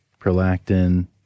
prolactin